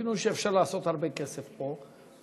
הבינו שאפשר לעשות הרבה כסף פה,